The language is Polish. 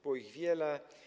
Było ich wiele.